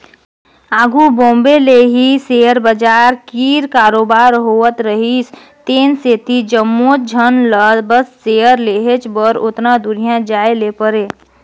आघु बॉम्बे ले ही सेयर बजार कीर कारोबार होत रिहिस तेन सेती जम्मोच झन ल बस सेयर लेहेच बर ओतना दुरिहां जाए ले परे